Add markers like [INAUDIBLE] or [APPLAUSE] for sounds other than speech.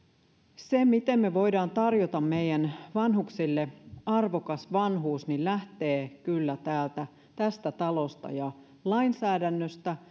se miten me voimme tarjota meidän vanhuksille arvokkaan vanhuuden lähtee kyllä tästä talosta ja lainsäädännöstä [UNINTELLIGIBLE]